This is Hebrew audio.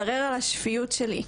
לערער את השפיות שלי,